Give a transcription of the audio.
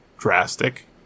Drastic